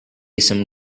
some